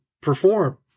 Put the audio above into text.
perform